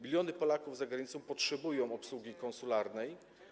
Miliony Polaków za granicą potrzebują obsługi konsularnej.